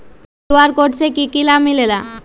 QR code से कि कि लाव मिलेला?